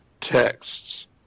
texts